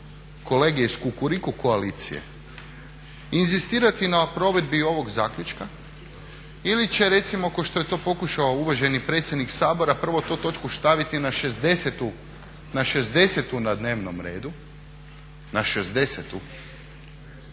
kolege iz Kukuriku koalicije inzistirati na provedbi ovog zaključka ili će recimo kao što je to pokušao uvaženi predsjednik Sabora prvo tu točku staviti na šezdesetu na dnevnom redu, na